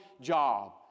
job